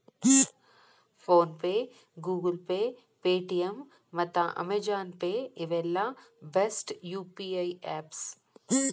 phone pay, Google pay, Paytm ಮತ್ತ Amazon pay ಇವೆಲ್ಲ best UPI apps